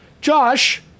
Josh